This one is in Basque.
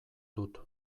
dut